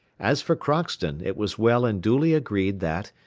as for crockston, it was well and duly agreed that,